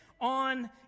on